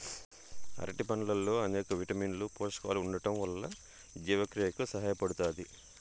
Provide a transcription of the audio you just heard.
అరటి పండ్లల్లో అనేక విటమిన్లు, పోషకాలు ఉండటం వల్ల జీవక్రియకు సహాయపడుతాది